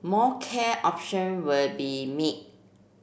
more care option will be made